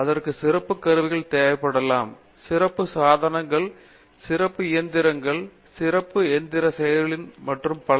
அதற்கு சிறப்பு கருவிகள் தேவைப்படலாம் சிறப்பு சாதனங்கள் சிறப்பு இயந்திரங்கள் சிறப்பு எந்திர செயலிகள் மற்றும் பல